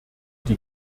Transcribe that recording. die